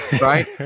Right